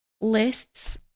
lists